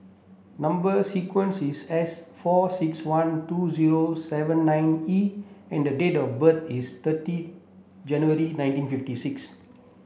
number sequence is S four six one two zero seven nine E and the date of birth is thirty January nineteen fifty six